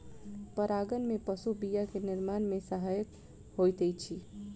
परागन में पशु बीया के निर्माण में सहायक होइत अछि